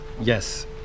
Yes